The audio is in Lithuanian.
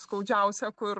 skaudžiausią kur